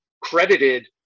credited